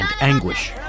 anguish